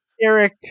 Eric